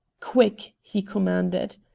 quick! he commanded.